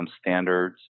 standards